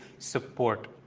support